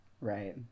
Right